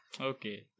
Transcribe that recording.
Okay